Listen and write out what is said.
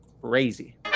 crazy